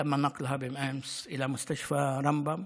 ועמידה לצד משפחתה.